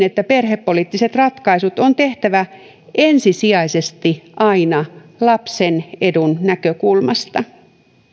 että perhepoliittiset ratkaisut on tehtävä ensisijaisesti aina lapsen edun näkökulmasta